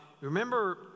remember